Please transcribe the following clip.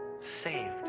saved